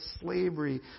slavery